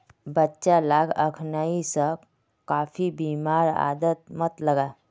बच्चा लाक अखनइ स कॉफी पीबार आदत मत लगा